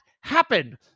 happen